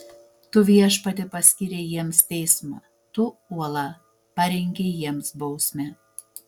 tu viešpatie paskyrei jiems teismą tu uola parengei jiems bausmę